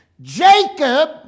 Jacob